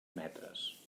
metres